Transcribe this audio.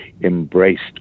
embraced